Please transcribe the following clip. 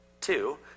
two